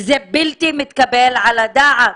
וזה בלתי מתקבל על הדעת.